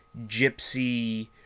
gypsy